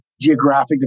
geographic